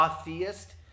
atheist